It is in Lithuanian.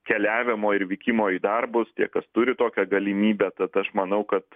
keliavimo ir vykimo į darbus tie kas turi tokią galimybę tad aš manau kad